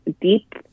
deep